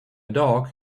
dog